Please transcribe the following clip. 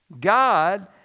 God